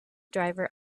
driver